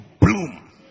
bloom